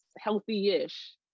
healthy-ish